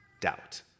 doubt